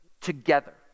together